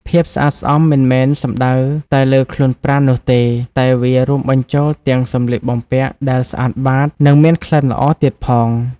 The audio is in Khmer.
ភាពស្អាតស្អំមិនមែនសំដៅតែលើខ្លួនប្រាណនោះទេ តែវារួមបញ្ចូលទាំងសំលៀកបំពាក់ដែលស្អាតបាត និងមានក្លិនល្អទៀតផង។